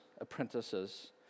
apprentices